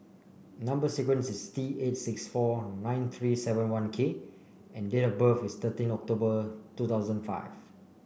number sequence is T eight six four nine three seven one K and date of birth is thirteen October two thousand five